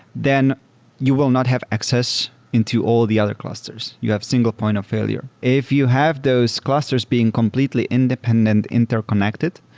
then you will not have access into all the other clusters. you have single point of failure. if you have those clusters being completely independent, interconnected,